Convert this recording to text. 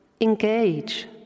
engage